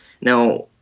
Now